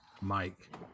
Mike